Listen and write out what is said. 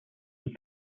and